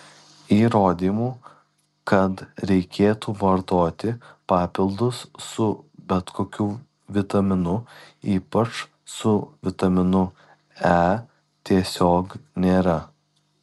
įrodymų kad reikėtų vartoti papildus su bet kokiu vitaminu ypač su vitaminu e tiesiog nėra